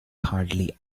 hardly